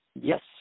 Yes